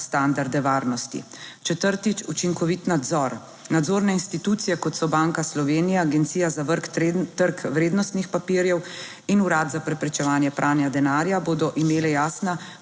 standarde varnosti. Četrtič: učinkovit nadzor. Nadzorne institucije, kot so Banka Slovenije, Agencija za trg vrednostnih papirjev in Urad za preprečevanje pranja denarja bodo imele jasna